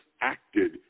acted